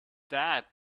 that